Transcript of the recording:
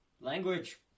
Language